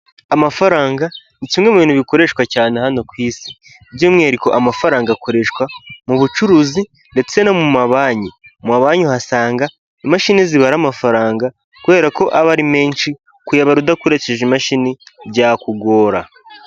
Amafaranga ni kimwe mu bintu bikoreshwa cyane hano ku isi, by'umwihariko amafaranga akoreshwa mu bucuruzi ndetse no mu mabanki, mu mabanki uhasanga imashini zibara amafaranga kubera ko aba ari menshi, kuyabara udakoresheje imashini byakugora.